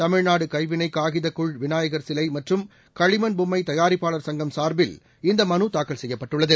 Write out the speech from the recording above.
தமிழ்நாடு கைவினை காகிதக் கூழ் விநாயகர் சிலை மற்றும் களிமண் பொம்மை தயாரிப்பாளர் சுங்கம் சார்பில் இந்த மனு தாக்கல் செய்யப்பட்டுள்ளது